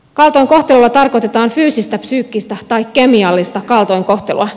kaltoinkohtelulla tarkoitetaan fyysistä psyykkistä tai kemiallista kaltoinkohtelua